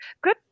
Good